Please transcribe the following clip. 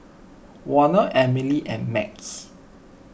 Warner Emily and Max